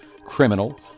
criminal